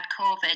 COVID